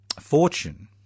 fortune